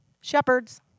shepherds